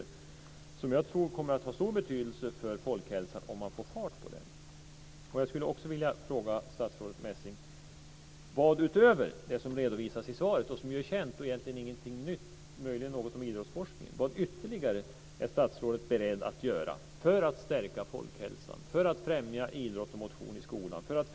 Jag tror att den, om man får fart på den, kommer att ha stor betydelse för folkhälsan. Jag skulle också vilja fråga statsrådet Messing vad hon är beredd att göra för att stärka folkhälsan och främja idrott och motion i skolan och på arbetsplatserna utöver det som redovisas i svaret, som ju är känt och egentligen ingenting nytt - möjligen var något om idrottsforskningen nytt.